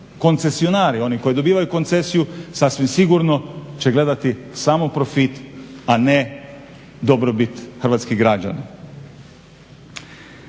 Koncesionari oni koji dobivaju koncesiju sasvim sigurno će gledati samo profit, a ne dobrobit hrvatskih građana.